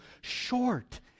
short